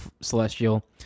celestial